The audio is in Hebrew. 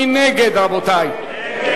מי נגד, רבותי?